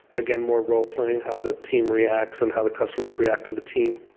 again, more role playing, how the team reacts and how the customers react to the team.